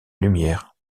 lumière